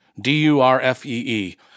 D-U-R-F-E-E